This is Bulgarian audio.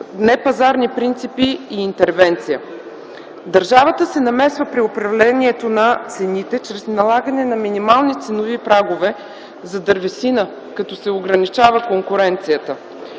непазарни принципи и интервенция. Държавата се намесва при управлението на цените чрез налагането на минимални ценови прагове за дървесина, като се ограничава конкуренцията.